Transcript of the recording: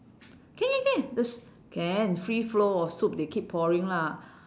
can can can the s~ can free flow of soup they keep pouring lah